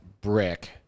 brick